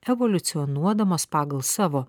evoliucionuodamos pagal savo